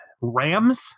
Rams